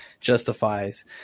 justifies